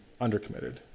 undercommitted